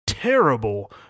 terrible